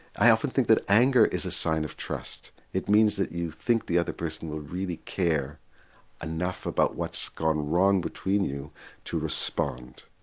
i often think that anger is a sign of trust, it means that you think the other person will really care enough about what's gone wrong between you to respond.